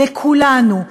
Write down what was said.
לכולנו,